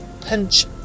pinch